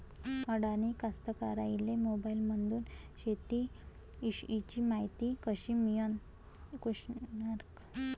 अडानी कास्तकाराइले मोबाईलमंदून शेती इषयीची मायती कशी मिळन?